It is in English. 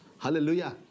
Hallelujah